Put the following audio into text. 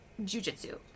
jujitsu